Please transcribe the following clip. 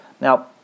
Now